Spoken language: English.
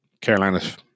Carolina's